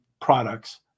products